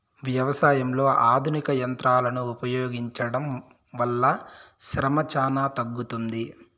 వ్యవసాయంలో ఆధునిక యంత్రాలను ఉపయోగించడం వల్ల శ్రమ చానా తగ్గుతుంది